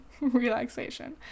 relaxation